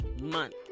month